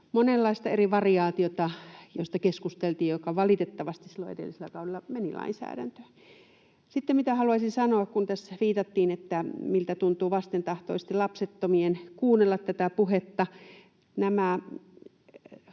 monenlaista eri variaatiota, josta keskusteltiin ja joka valitettavasti silloin edellisellä kaudella meni lainsäädäntöön. Sitten se, mitä haluaisin sanoa siitä, kun tässä viitattiin, että miltä tuntuu vastentahtoisesti lapsettomien kuunnella tätä puhetta.